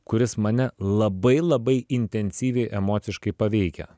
kuris mane labai labai intensyviai emociškai paveikia